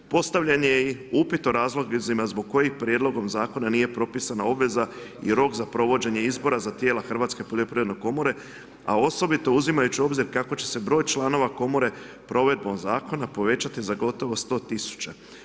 Postavljen je i upit o razlozima, zbog kojih prijedlogom zakona nije propisana obveza i rok za provođenja izbora za tijela Hrvatske poljoprivredne komore, a osobito uzimajući u obzir kako će se broj članova komore, provedbom zakona, povećati za gotovo 100 tisuća.